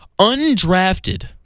undrafted